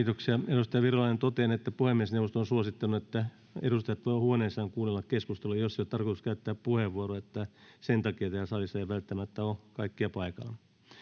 edustaja virolainen totean että puhemiesneuvosto on suosittanut että edustajat voivat huoneessaan kuunnella keskustelua jos ei ole tarkoitus käyttää puheenvuoroa sen takia täällä salissa ei välttämättä ole kaikkia paikalla